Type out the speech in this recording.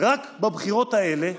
רק בבחירות האלה,